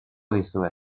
dizuet